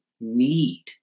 need